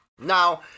Now